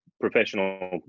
professional